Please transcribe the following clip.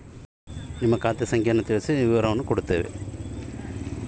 ನನ್ನ ಅಕೌಂಟಿನ ಸೆಪ್ಟೆಂಬರನಿಂದ ಅಕ್ಟೋಬರ್ ತನಕ ವಿವರ ಕೊಡ್ರಿ?